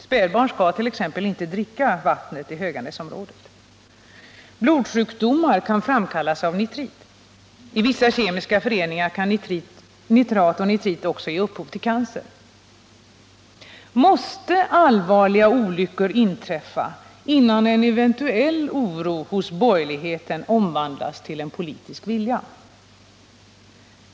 Spädbarn skall t.ex. inte dricka vattnet i Höganäsområdet. Blodsjukdomar kan framkallas av nitrit. I vissa kemiska föreningar kan nitrat och nitrit också ge upphov till cancer. Måste allvarliga olyckor inträffa innan en eventuell oro hos borgerligheten omvandlas till politisk vilja?